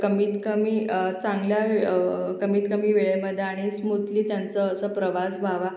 कमीत कमी चांगल्या कमीत कमी वेळेमध्ये आणि स्मूतली त्यांचं असं प्रवास व्हावा